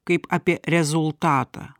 kaip apie rezultatą